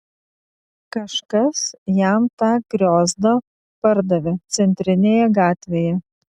kažkas jam tą griozdą pardavė centrinėje gatvėje